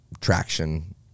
traction